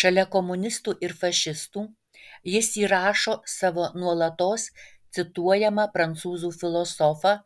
šalia komunistų ir fašistų jis įrašo savo nuolatos cituojamą prancūzų filosofą